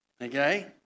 okay